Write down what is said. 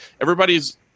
everybody's